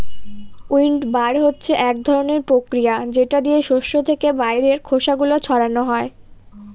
উইন্ডবার হচ্ছে এক ধরনের প্রক্রিয়া যেটা দিয়ে শস্য থেকে বাইরের খোসা গুলো ছাড়ানো হয়